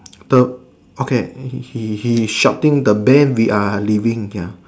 the okay he he he shouting the bear we are leaving ya